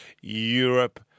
Europe